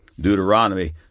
Deuteronomy